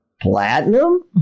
platinum